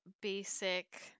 basic